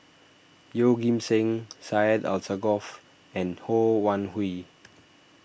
Yeoh Ghim Seng Syed Alsagoff and Ho Wan Hui